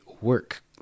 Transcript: work